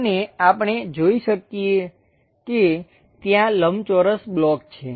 અને આપણે જોઈ શકીએ કે ત્યાં લંબચોરસ બ્લોક છે